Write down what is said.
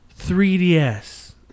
3DS